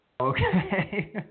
Okay